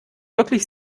wirklich